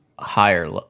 higher